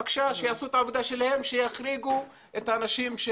בבקשה, שיעשו את העבודה שלהם, שיחריגו את האנשים.